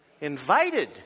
invited